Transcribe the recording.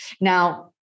now